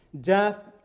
Death